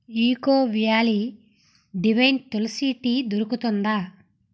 eco valley divine tulsi tea దొరుకుతుందా